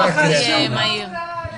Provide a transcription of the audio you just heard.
כמו קריית שמונה שנמצאת בתוכנית הבראה,